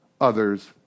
others